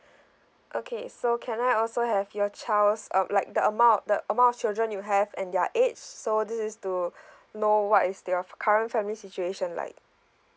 okay so can I also have your child's um like the amount the amount of children you have and their age so this is to know what is the of current family situation like